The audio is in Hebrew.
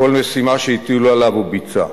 כל משימה שהטילו עליו, הוא ביצע.